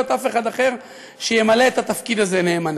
אף אחד אחר שימלא את התפקיד הזה נאמנה.